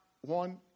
one